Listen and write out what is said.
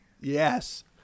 Yes